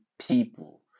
people